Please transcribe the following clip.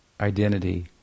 identity